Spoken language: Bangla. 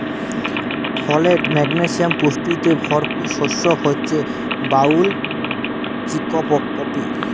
ফলেট, ম্যাগলেসিয়াম পুষ্টিতে ভরপুর শস্য হচ্যে ব্রাউল চিকপি